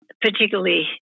particularly